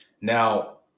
Now